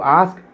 ask